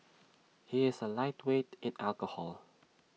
he is A lightweight in alcohol